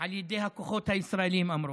על ידי הכוחות הישראלים, אמרו.